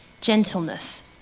gentleness